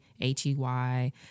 H-E-Y